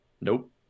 Nope